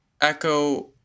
echo